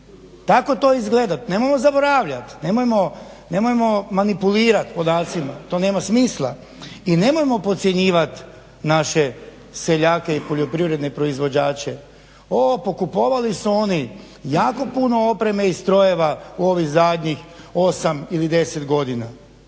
Tako to izgleda, nemojmo zaboravljati, nemojmo manipulirati podacima, to nema smisla. I nemojmo podcjenjivati naše seljake i poljoprivredne proizvođače. Pokupovali su oni jako puno opreme i strojeva u ovih zadnjih 8 ili 10 godina.